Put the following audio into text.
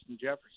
Jefferson